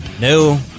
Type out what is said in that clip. No